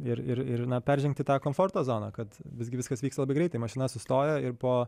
ir ir ir na peržengti tą komforto zoną kad visgi viskas vyksta labai greitai mašina sustojo ir po